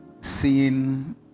seeing